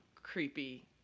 creepy